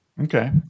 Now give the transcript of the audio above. Okay